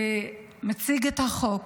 שמציג את החוק.